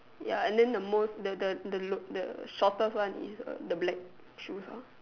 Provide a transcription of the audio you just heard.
ya and then the most the the the lo~ the shortest one is the black shoes ah